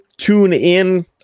TuneIn